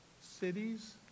cities